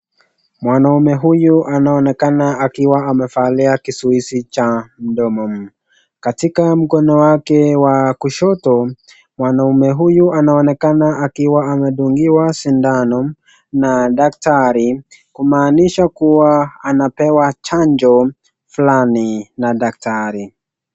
Mwanaume huyu anaonekana akiwa amevalia kizuizi cha mdomo, katika mkono wake wa kushoto mwanaume huyu anaonekana akiwa amedungiwa sindano na daktari kumanisha kuwa anapewa chanjo fulani na daktari.